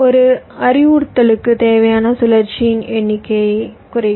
ஒரு அறிவுறுத்தலுக்கு தேவையான சுழற்சியின் எண்ணிக்கை குறையும்